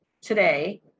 today